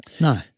No